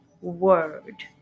word